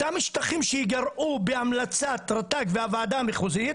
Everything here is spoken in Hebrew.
אותם שטחים שייגרעו בהמלצת רט"ג והוועדה המחוזית,